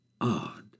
Odd